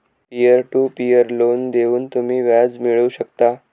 peer to peer loan देऊन तुम्ही व्याज मिळवू शकता